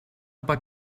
pot